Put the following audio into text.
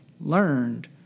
learned